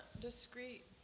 discreet